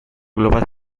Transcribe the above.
global